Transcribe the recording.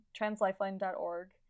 translifeline.org